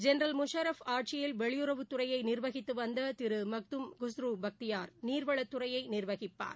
general Musharraf ஆட்சியில் வெளியுறவுத்துறையை நிர்வகித்து வந்த திரு மக்தும் குஸ்ரு பக்தியார் நீர்வளத்துறையை நிர்வகிப்பார்